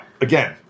again